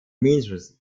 means